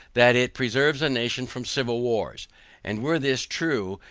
that it preserves a nation from civil wars and were this true,